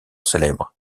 célèbre